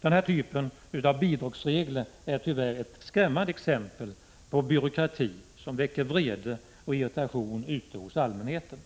Den här typen av bidragsregler är tyvärr ett skrämmande exempel på byråkrati som väcker vrede och irritation ute hos allmänheten.